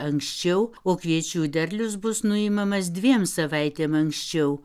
anksčiau o kviečių derlius bus nuimamas dviem savaitėm anksčiau